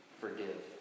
Forgive